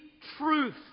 truth